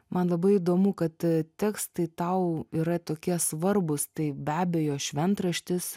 man labai įdomu kad tekstai tau yra tokie svarbūs tai be abejo šventraštis